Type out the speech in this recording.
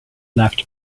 laughed